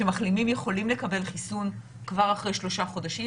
שמחלימים יכולים לקבל חיסון כבר אחרי שלושה חודשים,